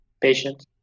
patient